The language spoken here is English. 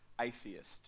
atheist